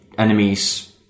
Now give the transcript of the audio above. Enemies